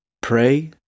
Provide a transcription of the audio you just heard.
pray